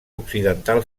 occidental